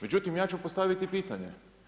Međutim, ja ću postaviti pitanje.